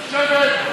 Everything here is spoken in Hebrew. לשבת.